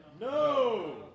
No